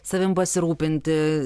savimi pasirūpinti